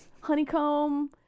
Honeycomb